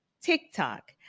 TikTok